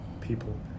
people